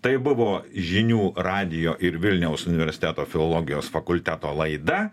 tai buvo žinių radijo ir vilniaus universiteto filologijos fakulteto laida